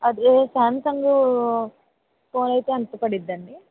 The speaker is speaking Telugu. అదే సామ్సంగ్ ఫోన్ అయితే ఎంత పడుతుందండి